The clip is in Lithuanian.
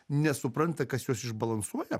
nesupranta kas juos išbalansuoja